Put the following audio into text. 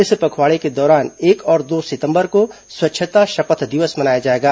इस पखवाड़े के दौरान एक और दो सितम्बर को स्वच्छता शपथ दिवस मनाया जाएगा